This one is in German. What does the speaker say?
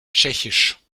tschechisch